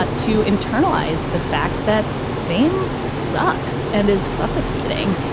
but to internalize the fact that fame sucks and is suffocating.